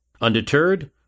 Undeterred